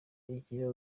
igira